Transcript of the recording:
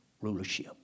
rulership